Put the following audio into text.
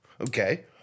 Okay